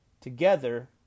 Together